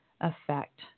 effect